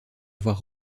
avoir